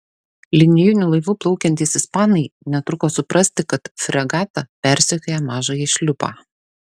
linijiniu laivu plaukiantys ispanai netruko suprasti kad fregata persekioja mažąjį šliupą